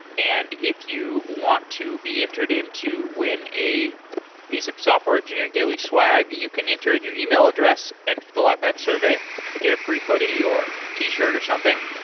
and if you want to be entered in to win a piece of software engineering daily swag, you can enter in your email address and fill out that survey to get a free hoodie, or t-shirt or something.